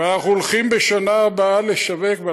אנחנו הולכים בשנה הבאה לשווק,